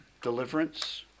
deliverance